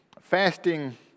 fasting